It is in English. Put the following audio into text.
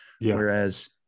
Whereas